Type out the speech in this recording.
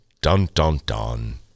Dun-dun-dun